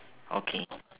okay